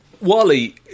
Wally